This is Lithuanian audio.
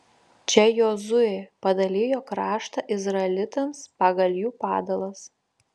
čia jozuė padalijo kraštą izraelitams pagal jų padalas